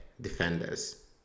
defenders